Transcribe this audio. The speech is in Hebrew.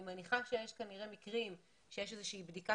אני מניחה שכנראה יש מקרים שיש איזושהי בדיקה